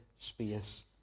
space